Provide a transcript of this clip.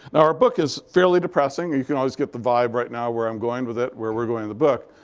our book is fairly depressing. you can always get the vibe right now where i'm going with it, where we're going in the book.